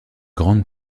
grande